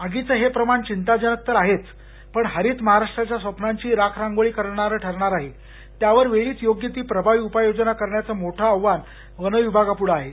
आगीचं हे प्रमाण चिंताजनक तर आहेच पण हरित महाराष्टाच्या स्वप्नांचीही राखरांगोळी करणारं ठरणार असून त्यावर वेळीच योग्य ती प्रभावी उपाय योजना करण्याचं आव्हान वन विभागाप्रढं आहे